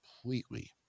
completely